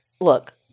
look